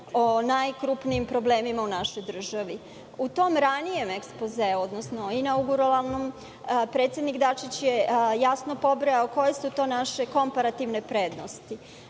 o najkrupnijim problemima u našoj državi.U tom ranijem ekspozeu, odnosno inauguralnom, predsednik Dačić je jasno pobrojao koje su to naše komparativne prednosti.